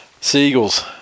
Seagulls